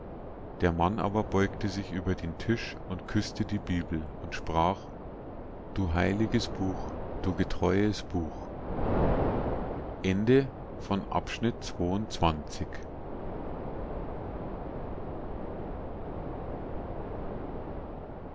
der mann aber beugte sich über den tisch und küßte die bibel und sprach du heiliges buch du getreues buch